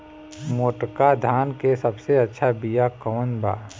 मोटका धान के सबसे अच्छा बिया कवन बा?